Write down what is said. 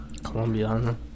colombiana